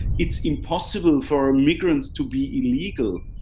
it's impossible for migrants to be illegal.